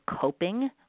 coping